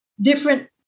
different